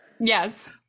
yes